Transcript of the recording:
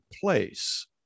place